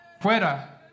Fuera